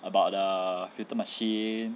about the filter machine